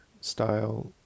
style